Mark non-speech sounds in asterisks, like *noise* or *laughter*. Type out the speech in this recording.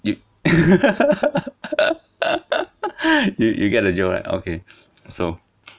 you *laughs* you you get the joke right okay so